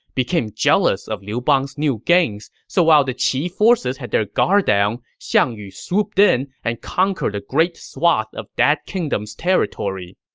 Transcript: became jealous of liu bang's new gains, so while the qi forces had their guard down, xiang yu swooped in and conquered a great swath of that kingdom's territory.